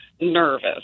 nervous